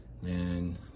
Man